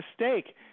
mistake